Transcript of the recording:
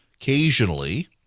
occasionally